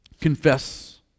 confess